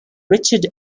richard